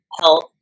health